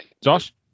Josh